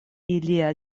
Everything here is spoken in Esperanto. ilia